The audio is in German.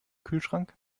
kühlschrank